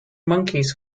monkeys